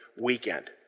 weekend